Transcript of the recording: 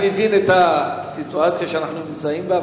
אני מבין את הסיטואציה שאנחנו נמצאים בה,